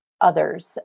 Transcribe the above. others